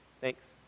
Thanks